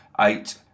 eight